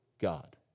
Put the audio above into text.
God